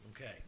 Okay